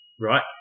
Right